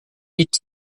eat